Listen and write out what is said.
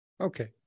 Okay